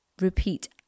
repeat